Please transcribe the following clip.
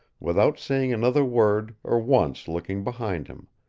without saying another word or once looking behind him.